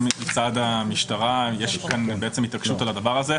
מצד המשטרה יש כאן בעצם התעקשות על הדבר הזה.